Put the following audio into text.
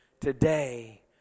Today